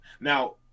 Now